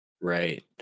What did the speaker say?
right